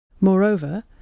Moreover